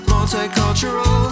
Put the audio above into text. Multicultural